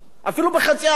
אפילו ב-0.5%,